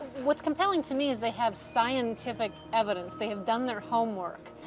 what's compelling to me is they have scientific evidence. they have done their homework.